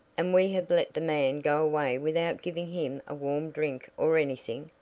and we have let the man go away without giving him a warm drink or anything!